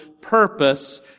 purpose